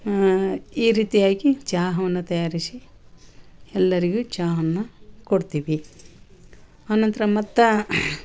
ಈ ರೀತಿಯಾಗಿ ಚಹಾವನ್ನ ತಯಾರಿಸಿ ಎಲ್ಲರಿಗೂ ಚಹಾವನ್ನ ಕೊಡ್ತೀವಿ ಆ ನಂತರ ಮತ್ತು